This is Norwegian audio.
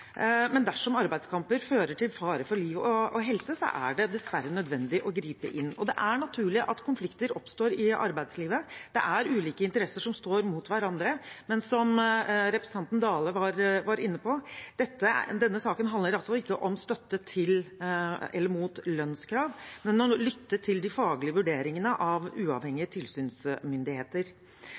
men dersom arbeidskamper fører til fare for liv og helse, er det dessverre nødvendig å gripe inn. Det er naturlig at konflikter oppstår i arbeidslivet. Det er ulike interesser som står mot hverandre, men som representanten Dale var inne på, handler ikke denne saken om støtte mot lønnskrav, men om å lytte til de faglige vurderingene fra uavhengige tilsynsmyndigheter.